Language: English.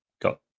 Got